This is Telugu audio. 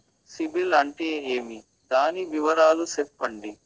సిబిల్ అంటే ఏమి? దాని వివరాలు సెప్పండి?